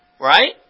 Right